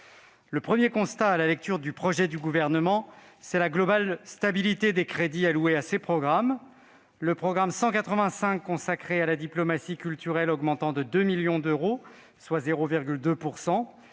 Le premier constat, à la lecture du projet du Gouvernement, est la globale stabilisation des crédits alloués à ces programmes, le programme 185 consacré à la diplomatie culturelle augmentant de 2 millions d'euros, soit de